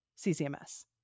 CCMS